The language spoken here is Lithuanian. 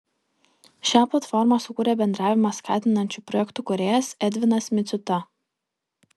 šią platformą sukūrė bendravimą skatinančių projektų kūrėjas edvinas micuta